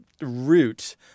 root